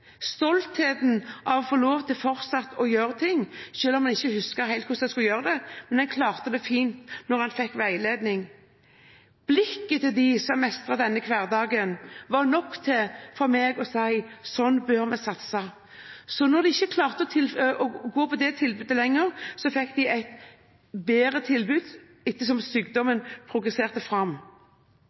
stoltheten over å få lov til fortsatt å gjøre ting selv om en ikke helt husker hvordan en skulle gjøre det, men en klarte det fint når en fikk veiledning. Blikket til dem som mestret denne hverdagen var nok for meg til å si at sånn bør vi satse. Når de ikke lenger klarte å gå på det tilbudet, fikk de et bedre tilbud etter som sykdommen